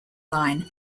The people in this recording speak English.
line